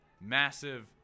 massive